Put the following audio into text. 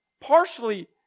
partially